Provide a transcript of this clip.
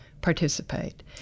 participate